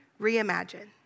reimagine